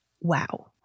wow